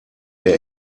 der